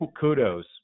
kudos